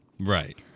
Right